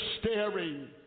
staring